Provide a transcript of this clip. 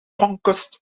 conquest